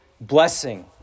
blessing